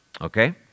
Okay